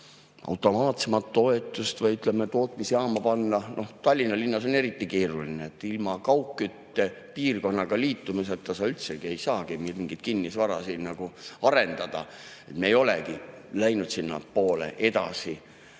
automaatsemat toetust, või ütleme, tootmisjaama püsti panna. No Tallinna linnas on eriti keeruline, sest ilma kaugküttepiirkonnaga liitumiseta sa üldsegi ei saa siin mingit kinnisvara arendada. Me ei olegi läinud sinnapoole edasi,